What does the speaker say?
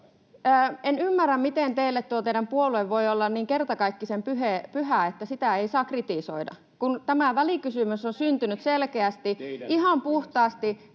En ymmärrä, miten teille tuo teidän puolueenne voi olla niin kertakaikkisen pyhä, että sitä ei saa kritisoida? Kun tämä välikysymys on syntynyt selkeästi, ihan puhtaasti,